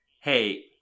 hey